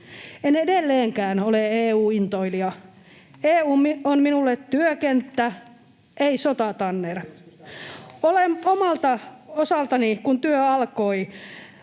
En edelleenkään ole EU-intoilija. EU on minulle työkenttä, ei sotatanner. Kun omalta osaltani työ alkoi,